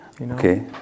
Okay